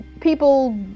people